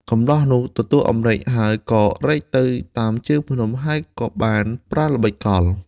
កម្លោះនោះទទួលអំរែកហើយ ក៏រែកទៅតាមជើងភ្នំ ហើយក៏បានប្រើល្បិចកល។